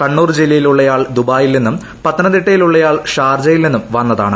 കണ്ണൂർ ജില്ലയിലുള്ളയാൾ ദുബായിൽ നിന്നും പത്തനംതിട്ടയിലുള്ളയാൾ ഷാർജയിൽ നിന്നും വന്നതാണ്